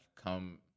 come